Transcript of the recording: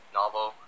novel